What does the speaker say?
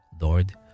Lord